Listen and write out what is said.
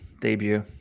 debut